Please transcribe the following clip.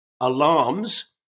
alarms